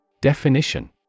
Definition